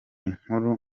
nkuru